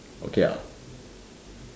okay lah